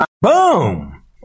Boom